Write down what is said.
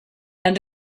and